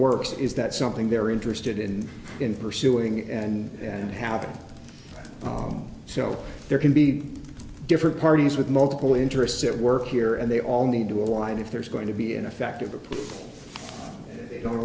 works is that something they're interested in in pursuing and unhappy so there can be different parties with multiple interests at work here and they all need to align if there is going to be in effect of the